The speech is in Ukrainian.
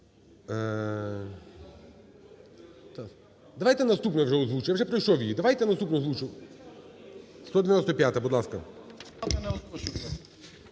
Давайте наступну вже озвучу, я вже пройшов її. Давайте наступну озвучу. 195-а. Будь ласка.